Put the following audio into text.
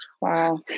Wow